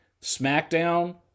SmackDown